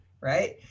right